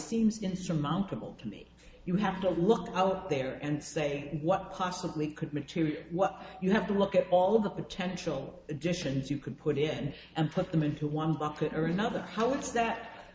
seems insurmountable to me you have to look out there and say what possibly could material well you have to look at all the potential additions you could put in and put them into one bucket or another how is that